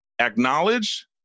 Acknowledge